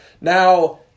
Now